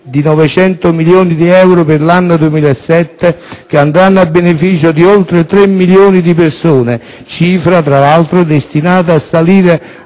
di 900 milioni di euro per l'anno 2007, che andranno a beneficio di oltre 3 milioni di persone; cifra, tra l'altro, destinata a salire